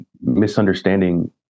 misunderstanding